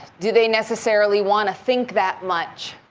do they necessarily want to think that much?